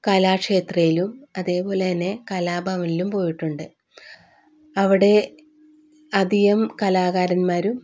കലാക്ഷേത്രയിലും അതേപോലെത്തന്നെ കലാഭവനിലും പോയിട്ടുണ്ട് അവിടെ അധികം കലാകാരന്മാരും